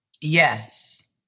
Yes